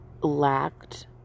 lacked